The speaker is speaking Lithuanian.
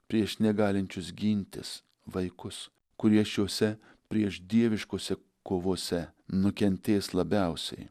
prieš negalinčius gintis vaikus kurie šiuose priešdieviškose kovose nukentės labiausiai